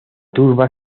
turba